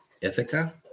Ithaca